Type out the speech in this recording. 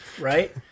Right